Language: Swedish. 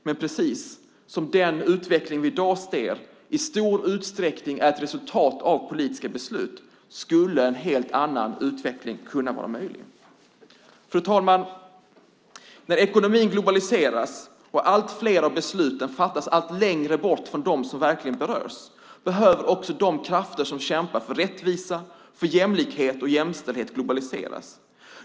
Men precis som den utveckling vi i dag ser i stor utsträckning är ett resultat av politiska beslut skulle en helt annan utveckling kunna vara möjlig. Fru talman! När ekonomin globaliseras och allt fler av besluten fattas allt längre bort från dem som verkligen berörs behöver också de krafter som kämpar för rättvisa, jämlikhet och jämställdhet globaliseras.